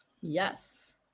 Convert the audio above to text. Yes